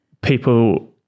people